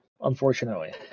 unfortunately